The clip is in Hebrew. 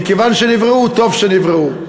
מכיוון שנבראו, טוב שנבראו.